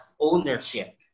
ownership